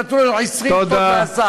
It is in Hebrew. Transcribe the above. שנתנו לו 20 שנות מאסר,